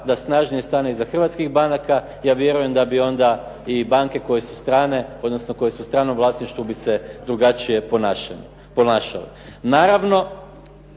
da snažnije stane iza hrvatskih banaka, ja vjerujem da bi onda i banke koje su strane, odnosno koje su u stranom vlasništvu bi se drugačije ponašale. Naravno,